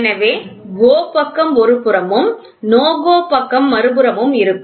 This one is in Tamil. எனவே GO பக்கம் ஒரு புறமும் NO GO பக்கம் மறுபுறமும் இருக்கும்